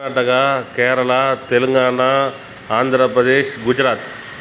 Karnataka Kerala Telangana Andhra Pradesh Gujarat